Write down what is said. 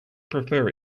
prefer